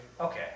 Okay